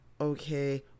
okay